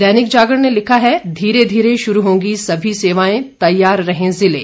दैनिक जागरण ने लिखा है धीरे धीरे शुरू होंगी सभी सेवाएं तैयार रहें जिले